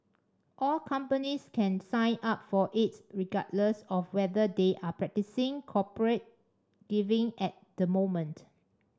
all companies can sign up for it regardless of whether they are practising corporate giving at the moment